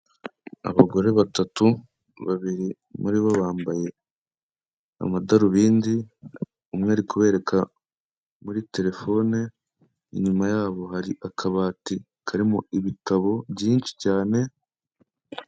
Abagore batatu babiri muri bo bambaye amadarubindi, umwe ari kubereka muri telefone, inyuma yabo hari akabati karimo ibitabo byinshi cyane.